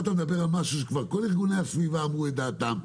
פה מדובר על משהו שכל ארגוני הסביבה כבר אמרו את דעתם,